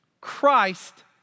Christ